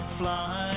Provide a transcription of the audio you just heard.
fly